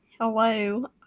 Hello